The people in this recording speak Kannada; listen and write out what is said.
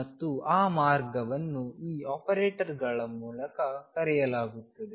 ಮತ್ತು ಆ ಮಾರ್ಗವನ್ನು ಈಗ ಆಪರೇಟರ್ಗಳ ಮೂಲಕ ಕರೆಯಲಾಗುತ್ತದೆ